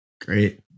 Great